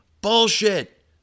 Bullshit